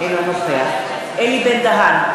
אינו נוכח אלי בן-דהן,